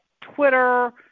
Twitter